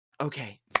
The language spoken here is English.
Okay